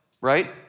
right